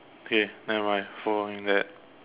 okay nevermind following that